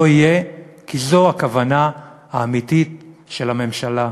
לא יהיה כי זו הכוונה האמיתית של הממשלה.